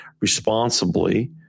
responsibly